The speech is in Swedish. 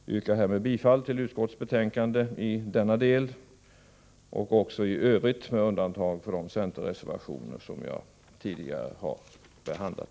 Jag yrkar härmed bifall till utskottets hemställan i denna del och även i övrigt, med undantag för de centerreservationer som jag tidigare har behandlat.